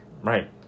Right